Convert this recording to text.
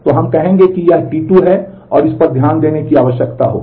तो हम कहेंगे कि यह T2 है और इस पर ध्यान देने की आवश्यकता होगी